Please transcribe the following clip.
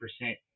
percent